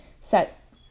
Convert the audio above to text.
set